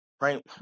right